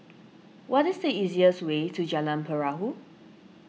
what is the easiest way to Jalan Perahu